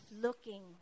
looking